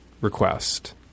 request